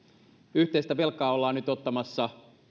yhteistä velkaa ollaan nyt ottamassa